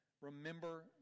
remember